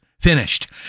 finished